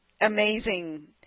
amazing